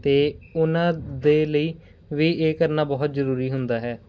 ਅਤੇ ਉਹਨਾਂ ਦੇ ਲਈ ਵੀ ਇਹ ਕਰਨਾ ਬਹੁਤ ਜ਼ਰੂਰੀ ਹੁੰਦਾ ਹੈ